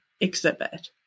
exhibit